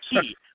key